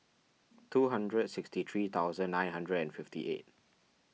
two hundred sixty three thousand nine hundred and fifty eight